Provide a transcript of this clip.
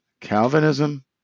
calvinism